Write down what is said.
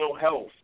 health